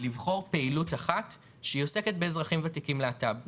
לבחור פעילות אחת שהיא עוסקת באזרחים וותיקים להט"ב.